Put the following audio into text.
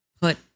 put